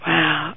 Wow